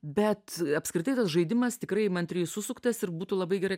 bet apskritai tas žaidimas tikrai įmantriai susuktas ir būtų labai gerai